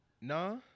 Nah